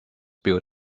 built